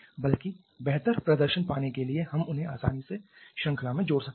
बल्कि बेहतर प्रदर्शन पाने के लिए हम उन्हें आसानी से श्रृंखला में जोड़ सकते हैं